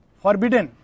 forbidden।